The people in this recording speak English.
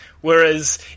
Whereas